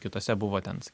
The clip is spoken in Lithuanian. kitose buvo ten sakykim